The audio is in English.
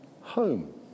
home